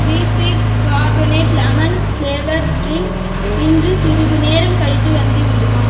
bfree carbonate lemon flavoured drink இன்று சிறிது நேரம் கழித்து வந்துவிடுமா